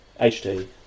HD